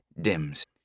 dims